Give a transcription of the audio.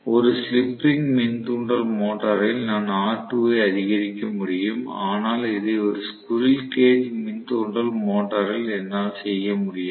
ஒரு slip ring மின் தூண்டல் மோட்டாரில் நான் R2 ஐ அதிகரிக்க முடியும் ஆனால் இதை ஒரு ஸ்குரில் கேஜ் மின் தூண்டல் மோட்டரில் என்னால் செய்ய முடியாது